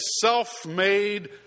self-made